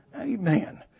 Amen